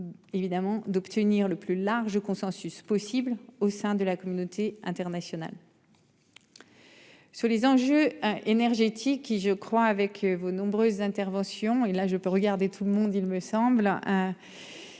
Évidemment, d'obtenir le plus large consensus possible au sein de la communauté internationale. Sur les enjeux énergétiques qui je crois avec vos nombreuses interventions et là je peux regarder tout le monde. Il me semble